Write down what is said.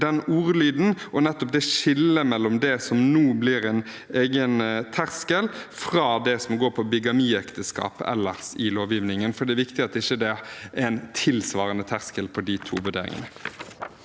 den ordlyden og skillet mellom det som nå blir en egen terskel, og det som angår bigamiekteskap ellers i lovgivningen, for det er viktig at det ikke er en tilsvarende terskel for de to vurderingene.